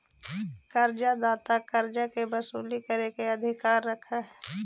कर्जा दाता कर्जा के वसूली करे के अधिकार रखऽ हई